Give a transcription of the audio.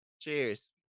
Cheers